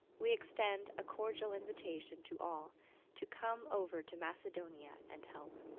we extend a cordial invitation to all to come over to macedonia and help.